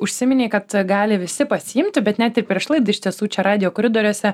užsiminei kad gali visi pasiimti bet net ir prieš laidą iš tiesų čia radijo koridoriuose